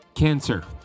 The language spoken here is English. Cancer